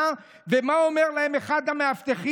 ומה אומר להם אחד המאבטחים?